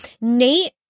Nate